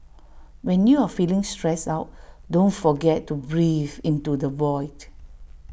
when you are feeling stressed out don't forget to breathe into the void